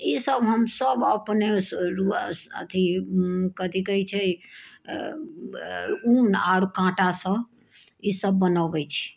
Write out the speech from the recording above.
ई सभ हम सभ अपनेसँ अथि कथि कहैत छै ऊन आओर काँटासँ ई सभ बनबैत छी